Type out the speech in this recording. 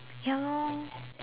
ya lor